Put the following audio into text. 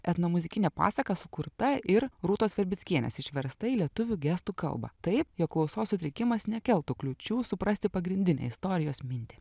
etnomuzikinė pasaka sukurta ir rūtos verbickienės išversta į lietuvių gestų kalbą taip jog klausos sutrikimas nekeltų kliūčių suprasti pagrindinę istorijos mintį